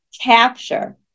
capture